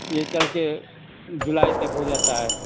ये चल कर जुलाई तक हो जाता है